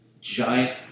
giant